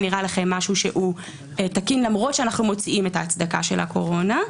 נראה לכם משהו תקין למרות שאנחנו מוציאים את ההצדקה של הקורונה,